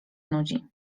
nudzi